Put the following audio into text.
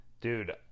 dude